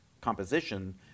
composition